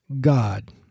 God